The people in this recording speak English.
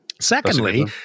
Secondly